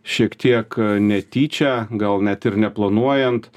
šiek tiek netyčia gal net ir neplanuojant